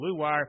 BlueWire